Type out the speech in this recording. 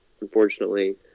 unfortunately